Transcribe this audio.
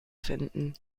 finden